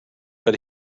but